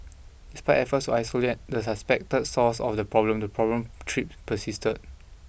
despite efforts to isolate the suspected source of the problem the problem trips persisted